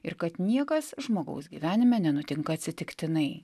ir kad niekas žmogaus gyvenime nenutinka atsitiktinai